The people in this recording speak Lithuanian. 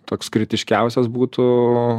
toks kritiškiausias būtų